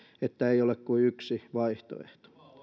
että ei ole kuin yksi vaihtoehto